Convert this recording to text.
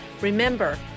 Remember